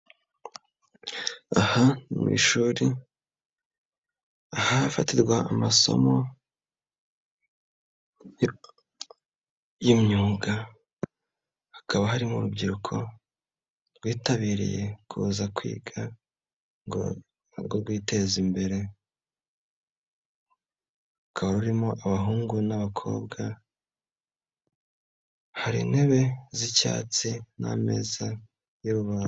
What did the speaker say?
Aha mu ishuri ahafatirwa amasomo y'imyuga, hakaba harimo urubyiruko rwitabiriye kuza kwiga ngo narwo rwiteza imbere, rukaba rurimo abahungu n'abakobwa, hari intebe z'icyatsi n'ameza y'umuhondo.